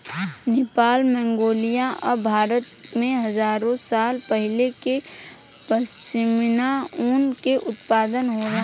Nepal, Mongolia आ भारत में हजारो साल पहिले से पश्मीना ऊन के उत्पादन होला